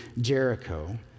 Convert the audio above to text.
Jericho